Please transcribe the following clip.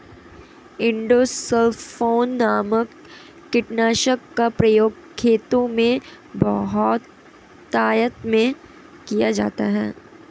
endosulfan नामक कीटनाशक का प्रयोग खेतों में बहुतायत में किया जाता है